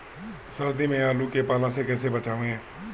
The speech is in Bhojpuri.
सर्दी में आलू के पाला से कैसे बचावें?